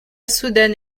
soudaine